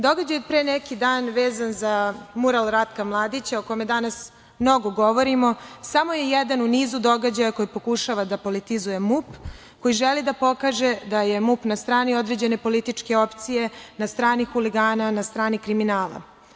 Događaj od pre neki dan vezan za mural Ratka Mladića, o kome danas mnogo govorimo, samo je jedan u nizu događaja koje pokušava da politizuje MUP, koji žele da pokaže da je MUP na strani određene političke opcije, na strani huligana, na strani kriminala.